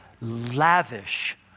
lavish